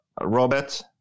Robert